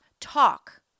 talk